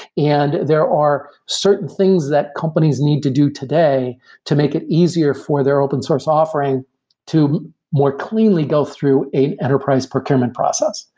and there are certain things that companies need to do today to make it easier for their open source offering to more cleanly go through an enterprise procurement process.